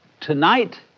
tonight